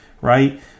right